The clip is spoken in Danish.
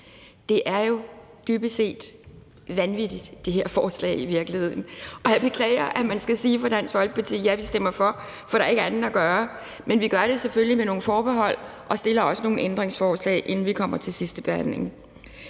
dybest set vanvittigt, og jeg beklager, at man skal sige fra Dansk Folkepartis side: Ja, vi stemmer for, for der er ikke andet at gøre, men vi gør det selvfølgelig med nogle forbehold og stiller også nogle ændringsforslag, inden vi kommer til sidstebehandlingen.